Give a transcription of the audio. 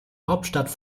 hauptstadt